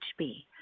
HB